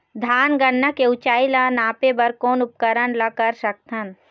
धान गन्ना के ऊंचाई ला नापे बर कोन उपकरण ला कर सकथन?